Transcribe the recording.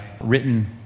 written